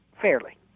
fairly